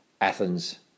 Athens